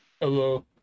hello